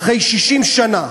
אחרי 60 שנה,